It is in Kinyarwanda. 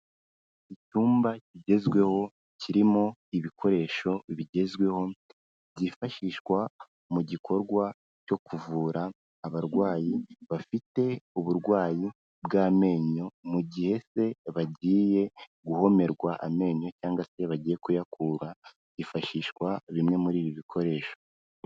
Icyumba kigezweho kirimo ibikoresho bigezweho, byifashishwa mu gikorwa cyo kuvura abarwayi bafite uburwayi bw'amenyo mu gihe se bagiye guhomerwa amenyo cyangwa se bagiye kuyakura, hifashishwa bimwe muri ibi bikoresho.